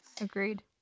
Agreed